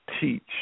teach